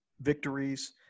victories